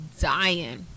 dying